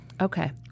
Okay